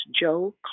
Joe